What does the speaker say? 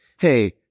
hey